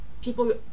people